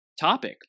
topic